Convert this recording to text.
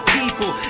people